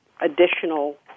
additional